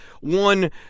one